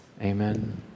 amen